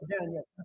Daniel